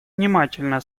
внимательно